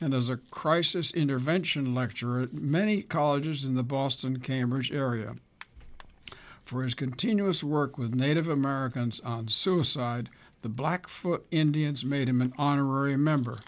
and as a crisis intervention lecturer many colleges in the boston cambridge area for his continuous work with native americans and suicide the blackfoot indians made him an honorary member